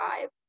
five